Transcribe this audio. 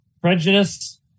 prejudice